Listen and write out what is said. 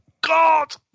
God